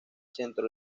centro